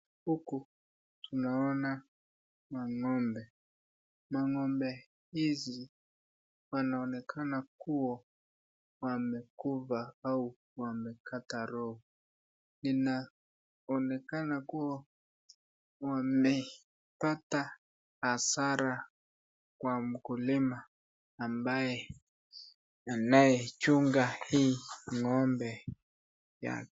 Huku tunaona mangombe. Mangombe hizi wanaonekana kuwa wamekufa au wamekata roho. Inaonekana kuwa wamepata hasara kwa mkulima ambaye anayechunga hii ngombe yake.